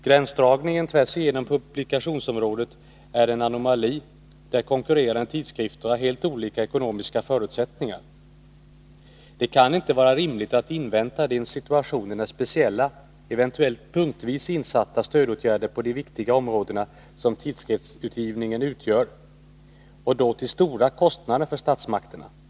Gränsdragningen tvärsigenom publikationsområdet är en anomali — där konkurrerande tidskrifter har helt olika ekonomiska förutsättningar. Det kan inte vara rimligt att invänta den situation när det blir nödvändigt med speciella, eventuellt punktvis insatta, stödåtgärder — som medför stora kostnader för statsmakterna — på det viktiga område som tidskriftsutgivningen utgör.